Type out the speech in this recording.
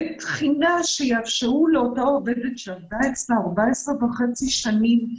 בתחינה שיאפשרו לאותה עובדת שעבדה אצלה 14.5 שנים,